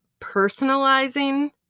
personalizing